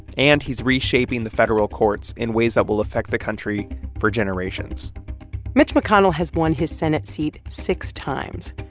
and he's reshaping the federal courts in ways that will affect the country for generations mitch mcconnell has won his senate seat six times,